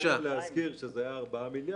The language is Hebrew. רק להזכיר, זה היה ארבעה מיליארד.